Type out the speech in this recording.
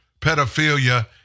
pedophilia